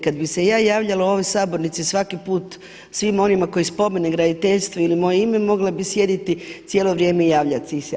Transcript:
Kada bi se ja javljala u ovoj sabornici svaki put svima onima koji spomene graditeljstvo ili moje ime mogla bi sjediti cijelo vrijeme i javljati se.